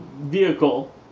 vehicle